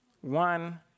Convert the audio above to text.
One